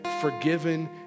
forgiven